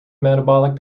metabolic